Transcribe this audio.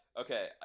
Okay